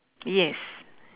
yes